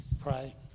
pray